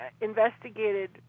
investigated